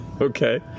Okay